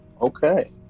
okay